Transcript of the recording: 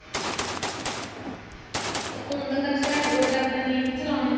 ते हून तक्कर असें हड्ड गोड्डे अपने निं हे चलाने